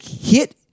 hit